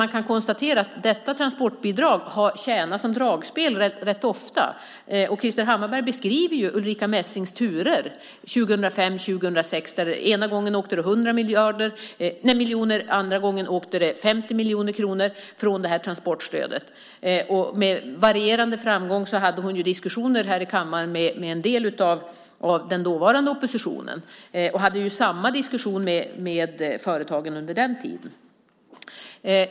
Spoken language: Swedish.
Man kan konstatera att transportbidraget ganska ofta fått tjäna som dragspel, och Krister Hammarbergh beskriver ju Ulrica Messings turer 2005 och 2006 där ena gången 100 miljoner och andra gången 50 miljoner kronor åkte från transportstödet. Med varierande framgång hade hon diskussioner i kammaren med en del av den dåvarande oppositionen, och hon förde samma diskussion också med företagen på den tiden.